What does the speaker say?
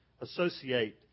associate